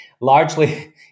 largely